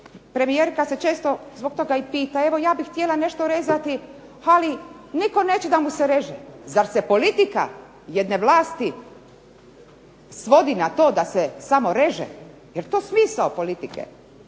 premijerka se često zbog toga i pita, evo ja bih htjela nešto rezati ali nitko neće da mu se reže. Zar se politika jedne vlasti svodi na to da se samo reže, je li to smisao politike.